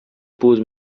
posent